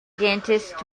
dentist